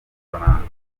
n’amafaranga